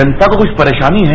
जनता को कुछ परेशानी है